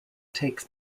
takes